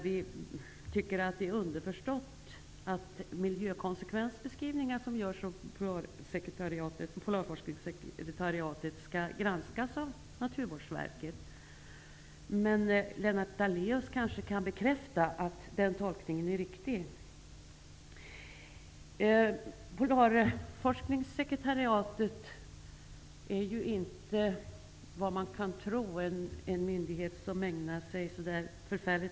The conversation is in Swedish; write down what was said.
Vi tycker att det är underförstått att miljökonsekvensbeskrivningar som görs av Polarforskningssekretariatet skall granskas av Naturvårdsverket. Lennart Daléus kan kanske bekräfta att den tolkningen är riktig. Polarforskningssekretariatet är inte, som man skulle kunna tro, en myndighet som särskilt mycket ägnar sig åt forskning.